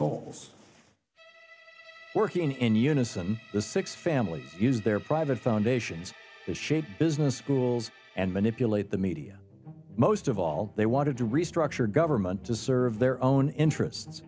goals working in unison the six families used their private foundations as shaped business schools and manipulate the media most of all they wanted to restructure government to serve their own interests